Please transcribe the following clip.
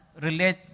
relate